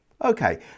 Okay